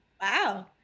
Wow